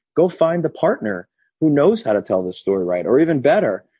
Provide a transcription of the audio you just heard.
go find the partner who knows how to tell the story. right. or even better,